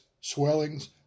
swellings